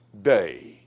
Day